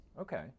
Okay